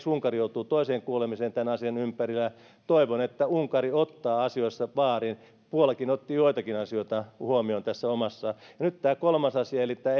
unkari joutuu toiseen kuulemiseen tämän asian ympäriltä toivon että unkari ottaa asioissa vaarin puolakin otti joitakin asioita huomioon tämä kolmas asia eli tämä